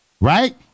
right